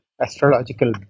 astrological